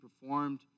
performed